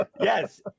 Yes